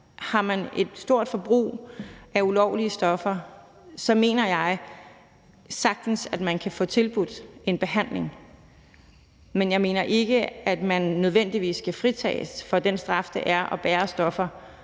Har man et stort forbrug af ulovlige stoffer, mener jeg sagtens at man kan få tilbudt en behandling, men jeg mener ikke, at man nødvendigvis skal fritages for den straf, der er for at bære stoffer